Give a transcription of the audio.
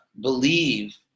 believe